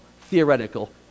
theoretical